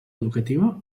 educativa